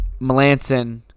Melanson